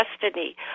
destiny